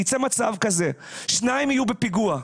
יצא מצב כזה ששניים יהיו בפיגוע,